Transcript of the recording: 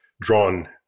drawn